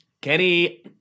Kenny